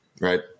right